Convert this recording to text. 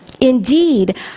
Indeed